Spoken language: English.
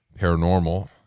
paranormal